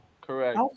correct